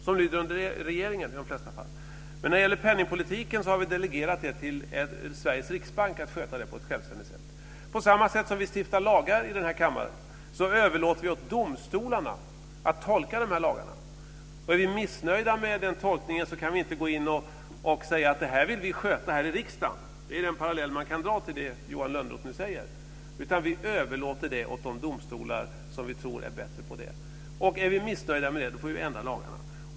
De lyder i de flesta fall under regeringen. När det gäller penningpolitiken har vi delegerat till Sveriges riksbank att sköta det på ett självständigt sätt. På samma sätt som vi stiftar lagar här i kammaren och överlåter åt domstolarna att tolka lagarna. Är vi missnöjda med tolkningen kan vi inte gå in och säga: Det här vill vi sköta i riksdagen. - Det är den parallell man kan dra till det som Johan Lönnroth säger. - Vi överlåter det åt domstolarna som vi tror är bättre på det. Är vi missnöjda får vi ändra lagarna.